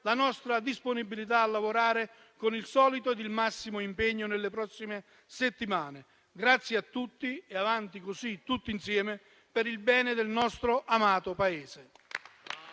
la nostra disponibilità a lavorare con il solito massimo impegno nelle prossime settimane. Grazie a tutti e avanti così, tutti insieme, per il bene del nostro amato Paese.